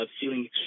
feeling